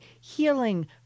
healing